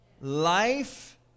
Life